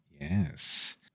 Yes